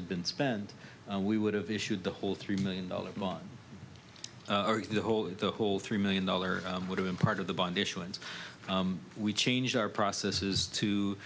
had been spent we would have issued the whole three million dollars bond the whole the whole three million dollar would've been part of the bond issuance we change our processes to